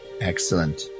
Excellent